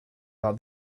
that